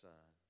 Son